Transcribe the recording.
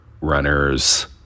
runners